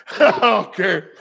Okay